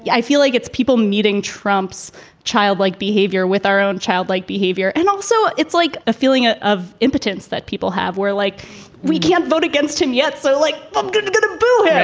i feel like it's people meeting trump's childlike behavior with our own childlike behavior. and also it's like a feeling ah of impotence that people have. we're like we can't vote against him yet so like um going going to boot, yeah